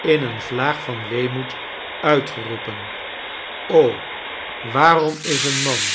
in een vlaag van weemoed uitgeroepen waarom is een man